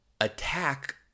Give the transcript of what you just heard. attack